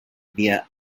via